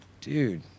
dude